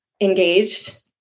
engaged